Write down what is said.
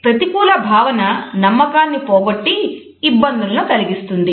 అలాగే ప్రతికూల భావన నమ్మకాన్ని పోగొట్టి ఇబ్బందులను కలిగిస్తుంది